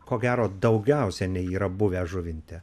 ko gero daugiausiai nei yra buvę žuvinte